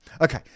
Okay